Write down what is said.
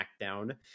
SmackDown